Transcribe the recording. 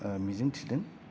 मिजिंथि दों